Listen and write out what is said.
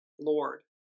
Lord